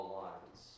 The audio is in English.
lines